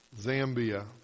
Zambia